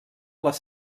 les